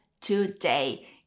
today